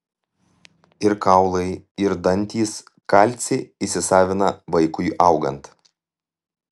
ir kaulai ir dantys kalcį įsisavina vaikui augant